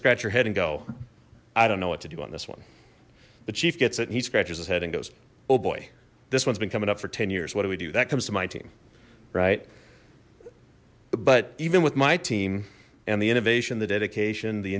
scratch your head and go i don't know what to do on this one the chief gets it and he scratches his head and goes oh boy this one's been coming up for ten years what do we do that comes to my team right but even with my team and the innovation the dedication the